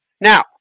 Now